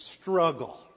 Struggle